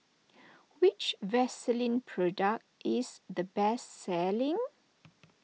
which Vaselin Product is the best selling